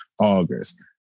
August